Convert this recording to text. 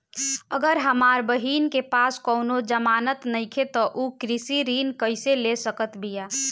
अगर हमार बहिन के पास कउनों जमानत नइखें त उ कृषि ऋण कइसे ले सकत बिया?